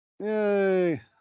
Yay